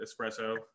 Espresso